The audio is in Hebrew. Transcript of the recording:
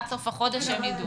עד סוף החודש הם ידעו.